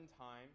time